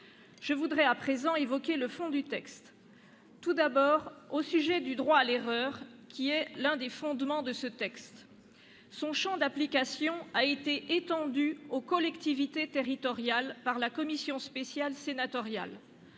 Je veux à présent évoquer le fond du projet de loi. Tout d'abord, le droit à l'erreur, qui est l'un des fondements de ce texte. Son champ d'application a été étendu aux collectivités territoriales par la commission spéciale sénatoriale.